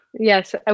Yes